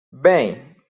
bem